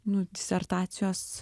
nu disertacijos